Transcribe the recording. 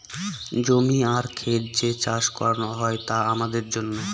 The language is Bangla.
জমি আর খেত যে চাষ করানো হয় তা আমাদের জন্য